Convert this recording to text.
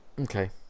Okay